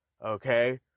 Okay